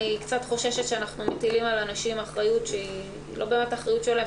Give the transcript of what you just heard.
אני קצת חוששת שאנחנו מטילים על אנשים אחריות שהיא לא באמת אחריות שלהם.